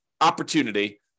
opportunity